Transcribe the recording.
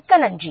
மிக்க நன்றி